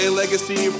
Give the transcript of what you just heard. legacy